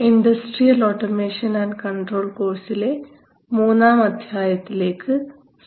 industrial automation and control കോഴ്സിലെ മൂന്നാം അധ്യായത്തിലേക്ക് സ്വാഗതം